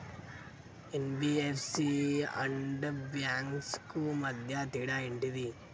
NBFC and banks కు మధ్య తేడా ఏంటిది?